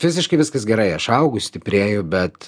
fiziškai viskas gerai aš augu stiprėju bet